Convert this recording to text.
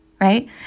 right